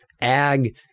ag